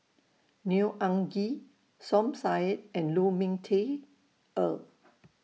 Neo Anngee Som Said and Lu Ming Teh Earl